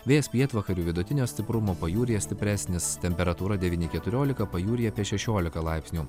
vėjas pietvakarių vidutinio stiprumo pajūryje stipresnis temperatūra devyni keturiolika pajūryje apie šešiolika laipsnių